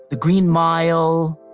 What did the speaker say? the green mile